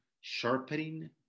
sharpening